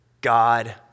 God